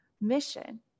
mission